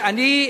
אני,